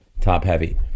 top-heavy